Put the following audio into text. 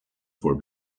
for